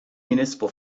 municipal